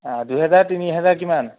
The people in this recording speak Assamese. দুহেজাৰ তিনি হেজাৰ কিমান